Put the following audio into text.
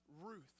Ruth